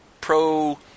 pro